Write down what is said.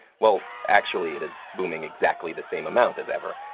well, actually, it is booming exactly the same amount as ever,